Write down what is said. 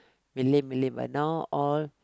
Malay Malay but now all